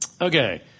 Okay